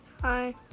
hi